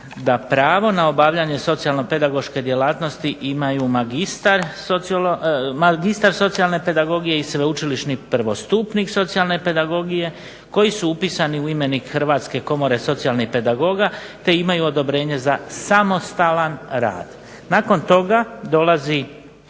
da pravo na obavljanje socijalno-pedagoške djelatnosti imaju magistar socijalne pedagogije i sveučilišni prvostupnik socijalne pedagogije koji su upisani u imenik Hrvatske komore socijalnih pedagoga te imaju odobrenje za samostalan rad. Nakon toga dolazi